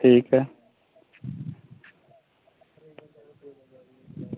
ठीक ऐ